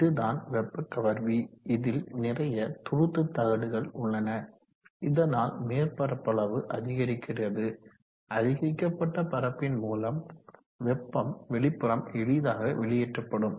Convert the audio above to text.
இதுதான் வெப்ப கவர்வி இதில் நிறைய துருத்து தகடுகள் உள்ளன இதனால் மேற்பரப்பளவு அதிகரிக்கிறது அதிகரிக்கப்பட்ட பரப்பின் மூலம் வெப்பம் வெளிப்புறம் எளிதாக வெளியேற்றப்படும்